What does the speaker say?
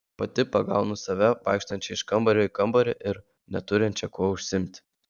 pati pagaunu save vaikštančią iš kambario į kambarį ir neturinčią kuo užsiimti